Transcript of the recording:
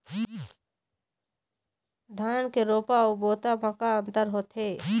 धन के रोपा अऊ बोता म का अंतर होथे?